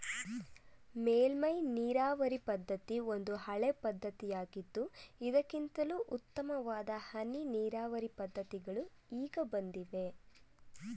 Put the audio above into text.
ಮೇಲ್ಮೈ ನೀರಾವರಿ ಪದ್ಧತಿ ಒಂದು ಹಳೆಯ ಪದ್ಧತಿಯಾಗಿದ್ದು ಇದಕ್ಕಿಂತಲೂ ಉತ್ತಮವಾದ ಹನಿ ನೀರಾವರಿ ಪದ್ಧತಿಗಳು ಈಗ ಬಂದಿವೆ